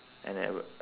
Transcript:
and I would